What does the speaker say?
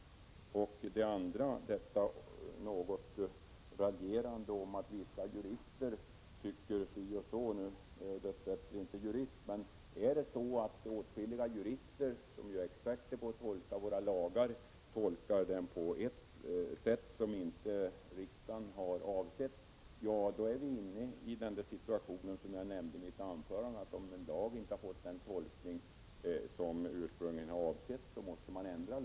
2. Är det så när det gäller raljerandet om att vissa jurister tycker si och så — dess bättre är jag själv inte jurist — att åtskilliga jurister, som ju är experter på att tolka våra lagar, tolkar dessa på ett sätt som riksdagen inte avsett? I så fall befinner vi oss ju i den situation som jag omnämnde tidigare. Om en lag inte har tolkats på det sätt som ursprungligen var avsett, måste lagen alltså ändras.